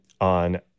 on